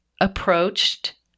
approached